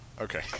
Okay